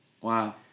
Wow